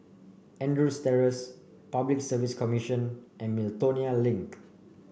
Andrews Terrace Public Service Commission and Miltonia Link